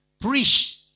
preach